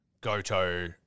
Goto